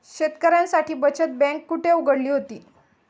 शेतकऱ्यांसाठी बचत बँक कुठे उघडली होती?